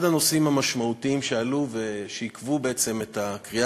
אחד הנושאים המשמעותיים שעלו ועיכבו את הקריאה